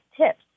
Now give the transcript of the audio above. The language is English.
tips